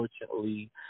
Unfortunately